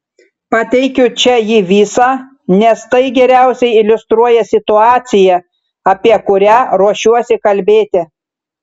pateikiu čia jį visą nes tai geriausiai iliustruoja situaciją apie kurią ruošiuosi kalbėti